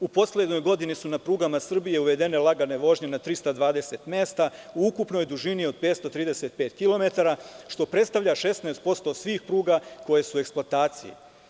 U poslednjoj godini su na prugama Srbije uvedene lagane vožnje na 320 mesta u ukupnoj dužini od 535 kilometara, što predstavlja 16% svih pruga koje su eksploataciji.